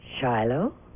Shiloh